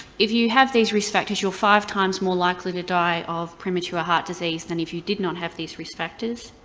if you have these risk factors you're five times more likely to die of premature heart disease than if you did not have these risk factors.